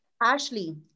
Ashley